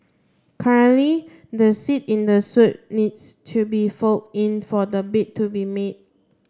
currently the seat in the suite needs to be fold in for the bed to be made